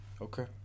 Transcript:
Okay